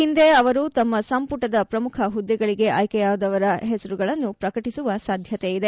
ಇಂದೇ ಅವರು ತಮ್ನ ಸಂಪುಟದ ಪ್ರಮುಖ ಹುದ್ದೆಗಳಿಗೆ ಆಯ್ನೆಯಾದವರ ಹೆಸರುಗಳನ್ನು ಪ್ರಕಟಿಸುವ ಸಾಧ್ಯತೆಯಿದೆ